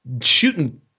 shooting